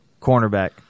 cornerback